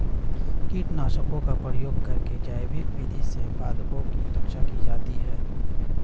कीटनाशकों का प्रयोग करके जैविक विधि से पादपों की रक्षा की जाती है